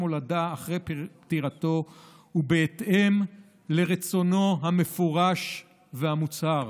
הולדה אחרי פטירתו ובהתאם לרצונו המפורש והמוצהר.